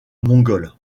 mongols